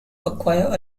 acquire